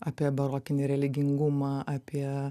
apie barokinį religingumą apie